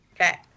Okay